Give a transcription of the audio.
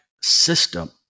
system